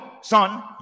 son